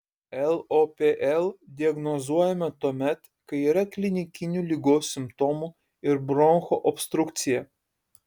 lopl diagnozuojama tuomet kai yra klinikinių ligos simptomų ir bronchų obstrukcija